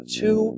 two